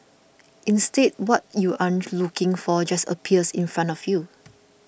instead what you aren't looking for just appears in front of you